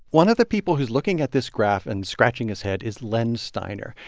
one of the people who's looking at this graph and scratching his head is len steiner.